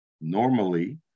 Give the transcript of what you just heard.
Normally